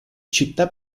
città